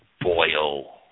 boil